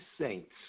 saints